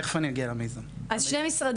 תיכף אני אגיע למיזם --- אז שני משרדים